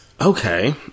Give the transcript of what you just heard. Okay